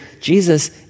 Jesus